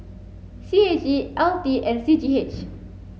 C A G L T and C G H